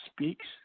speaks